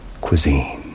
cuisine